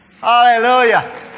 Hallelujah